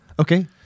Okay